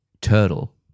Turtle